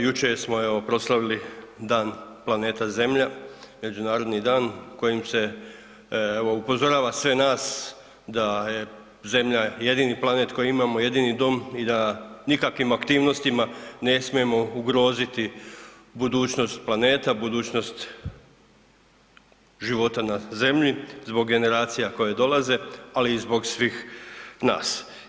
Jučer smo proslavili Dan planeta Zemlje, međunarodni dan kojim se upozorava sve nas da je Zemlja jedini planet koji imamo, jedini dom i da nikakvim aktivnostima ne smijemo ugroziti budućnost planeta budućnost života na Zemlji zbog generacija koje dolaze, ali i zbog svih nas.